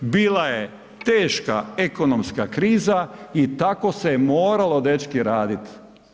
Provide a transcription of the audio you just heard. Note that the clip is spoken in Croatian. Bila je teška ekonomska kriza i tako se moralo dečki, raditi.